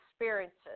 experiences